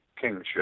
kingship